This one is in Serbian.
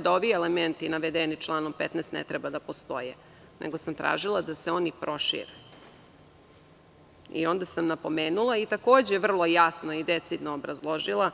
da ovi elementi navedeni članom 15. ne treba da postoje, nego sam tražila da se oni prošire i onda sam napomenuli i takođe vrlo jasno i decidno obrazložila.